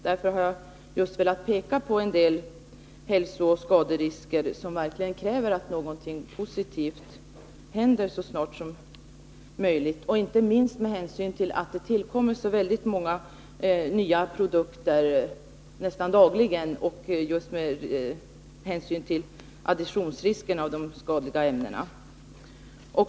Därför har jag velat visa på en del hälsooch skaderisker som som gör det nödvändigt att någonting händer så snart som möjligt, inte minst med hänsyn till att många nya produkter tillkommer nästan dagligen och till additionsrisken när det gäller de skadliga ämnena.